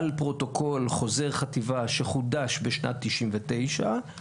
על פרוטוקול חוזר חטיבה שחודש בשנת 1999,